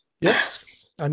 Yes